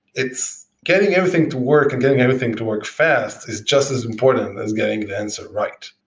it's getting everything to work and getting everything to work fast is just as important as getting the answer right.